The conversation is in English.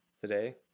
today